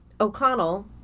O'Connell